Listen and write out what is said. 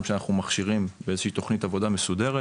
שאנחנו מכשירים באיזושהי תכנית עבודה מסודרת,